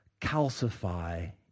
calcify